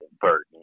burden